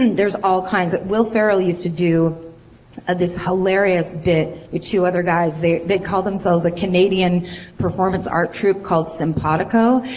and there's all kinds of. will ferrell used to do this hilarious bit with two other guys. they they call themselves a canadian performing arts troupe called sympatico.